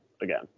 again